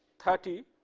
thirty.